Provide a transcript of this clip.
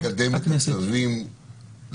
אבל הכוונה היא לקדם צווים לפני?